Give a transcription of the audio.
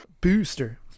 Booster